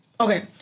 Okay